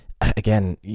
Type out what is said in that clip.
again